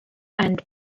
and